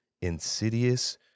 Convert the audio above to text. Insidious